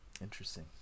Interesting